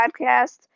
podcast